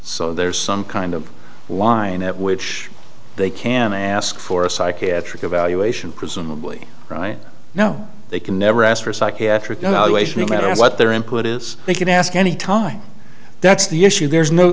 so there's some kind of line at which they can ask for a psychiatric evaluation presumably right now they can never ask for a psychiatric evaluation no matter what their input is they can ask any time that's the issue there's no